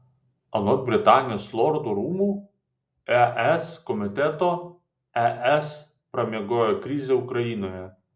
anot britanijos lordų rūmų es komiteto es pramiegojo krizę ukrainoje